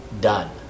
done